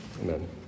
Amen